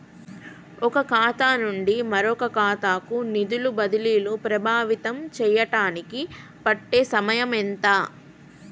ఒక ఖాతా నుండి మరొక ఖాతా కు నిధులు బదిలీలు ప్రభావితం చేయటానికి పట్టే సమయం ఎంత?